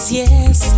yes